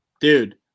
Dude